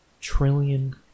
trillion